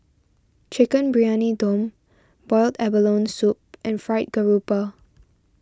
Chicken Briyani Dum Boiled Abalone Soup and Fried Garoupa